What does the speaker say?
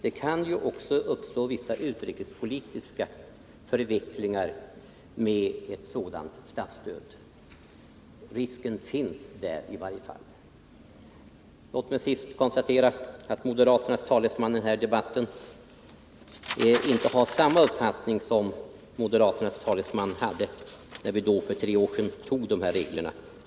Det kan ju också uppstå vissa utrikespolitiska förvecklingar med ett sådant statligt stöd — risken finns i alla fall. Låt mig till sist konstatera att moderaternas talesman i denna debatt inte har samma uppfattning som moderaternas talesman hade när vi för tre år sedan antog dessa regler.